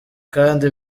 kandi